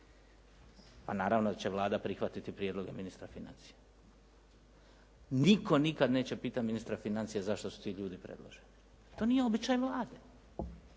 Pa naravno da će Vlada prihvatiti prijedloge ministra financija. Nitko nikad neće pitati ministra financija zašto su ti ljudi predloženi? To nije običaj Vlade.